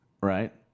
right